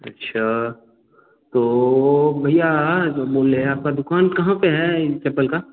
अच्छा तो भैया आ जो बोल रहे आपका दुकान कहाँ पर है यह चप्पल का